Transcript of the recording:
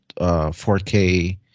4K